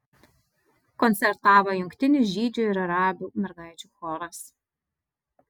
koncertavo jungtinis žydžių ir arabių mergaičių choras